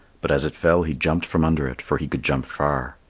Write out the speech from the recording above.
but as it fell he jumped from under it, for he could jump far.